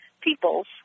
peoples